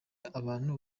abantu